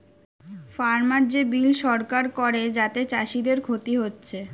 farmer যে bill সরকার করে যাতে চাষীদের ক্ষতি হচ্ছে